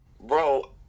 Bro